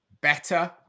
better